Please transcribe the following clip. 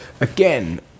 Again